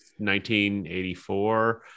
1984